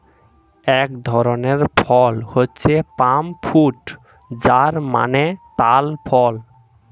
এক ধরনের ফল হচ্ছে পাম ফ্রুট যার মানে তাল ফল